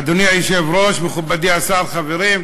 אדוני היושב-ראש, מכובדי השר, חברים,